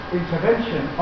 intervention